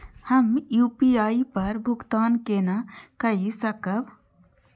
हम यू.पी.आई पर भुगतान केना कई सकब?